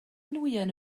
nwyon